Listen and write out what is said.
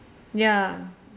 ya